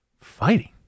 Fighting